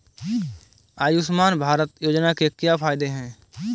आयुष्मान भारत योजना के क्या फायदे हैं?